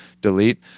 delete